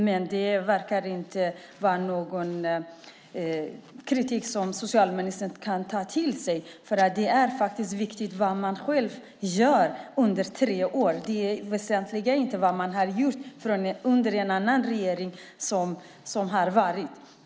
Men det verkar inte vara en kritik som socialministern kan ta till sig. Det är faktiskt viktigt vad man själv gör under tre år. Det väsentliga är inte vad en annan regering har gjort.